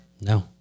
No